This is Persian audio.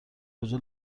کجا